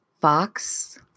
Fox